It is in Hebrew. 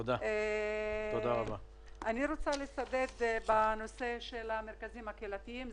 אני רוצה לצדד בנושא של המרכזים הקהילתיים,